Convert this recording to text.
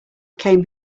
came